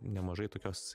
nemažai tokios